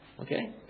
Okay